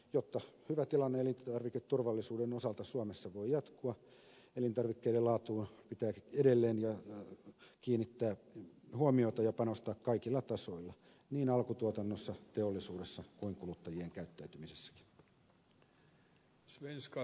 jotta hyvä tilanne elintarviketurvallisuuden osalta suomessa voi jatkua elintarvikkeiden laatuun pitää edelleen kiinnittää huomiota ja panostaa kaikilla tasoilla niin alkutuotannossa teollisuudessa kuin kuluttajien käyttäytymisessäkin